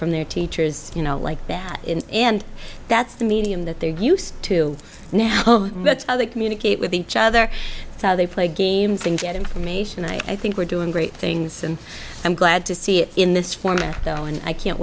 from their teachers you know like that and that's the medium that they're used to now that's how they communicate with each other they play games and get information i think we're doing great things and i'm glad to see it in this format though and i can't